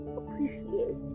appreciate